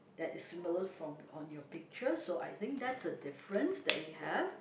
that is similar from on your picture so I think that's a difference that we have